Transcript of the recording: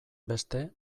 beste